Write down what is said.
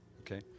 Okay